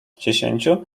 dziesięciu